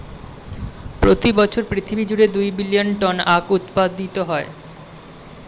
প্রতি বছর পৃথিবী জুড়ে দুই বিলিয়ন টন আখ উৎপাদিত হয়